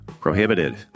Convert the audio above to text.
prohibited